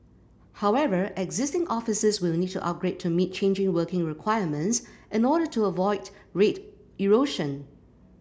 however existing offices will need to upgrade to meet changing working requirements in order to avoid rate erosion